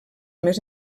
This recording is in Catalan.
més